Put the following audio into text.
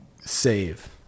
save